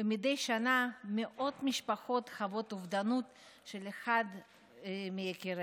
ומדי שנה מאות משפחות חוות אובדנות של אחד מיקיריהן.